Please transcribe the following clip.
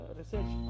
research